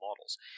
models